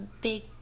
big